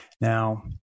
Now